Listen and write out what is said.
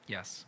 Yes